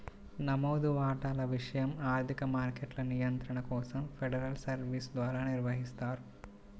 నమోదు వాటాల విషయం ఆర్థిక మార్కెట్ల నియంత్రణ కోసం ఫెడరల్ సర్వీస్ ద్వారా నిర్వహిస్తారు